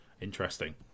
interesting